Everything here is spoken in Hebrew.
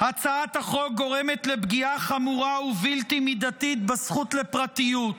הצעת החוק גורמת לפגיעה חמורה ובלתי מידתית בזכות לפרטיות.